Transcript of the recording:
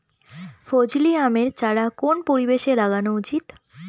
ফজলি আমের চারা কোন পরিবেশে লাগানো উচিৎ?